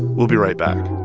we'll be right back